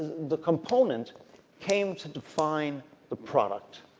the component came to define the product.